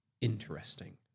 interesting